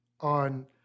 on